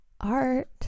art